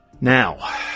Now